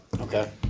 Okay